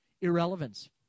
Irrelevance